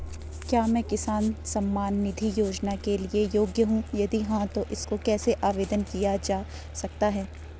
क्या मैं किसान सम्मान निधि योजना के लिए योग्य हूँ यदि हाँ तो इसको कैसे आवेदन किया जा सकता है?